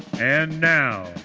and now,